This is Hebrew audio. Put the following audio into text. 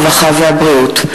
הרווחה והבריאות.